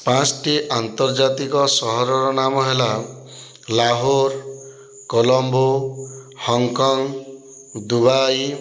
ପାଞ୍ଚଟି ଆନ୍ତର୍ଜାତିକ ସହରର ନାମ ହେଲା ଲାହୋର କଲମ୍ବୋ ହଂକଂ ଦୁବାଇ